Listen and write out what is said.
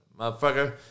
motherfucker